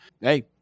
hey